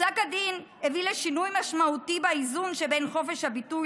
פסק הדין הביא לשינוי משמעותי באיזון שבין חופש הביטוי